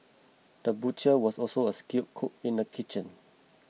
the butcher was also a skilled cook in the kitchen